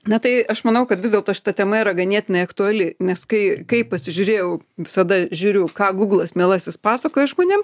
na tai aš manau kad vis dėlto šita tema yra ganėtinai aktuali nes kai kaip pasižiūrėjau visada žiūriu ką gūglas mielasis pasakoja žmonėm